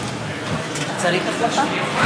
תודה, אדוני היושב-ראש.